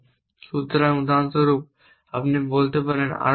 সুতরাং উদাহরণস্বরূপ আপনি বলতে পারেন আরো পাঠাও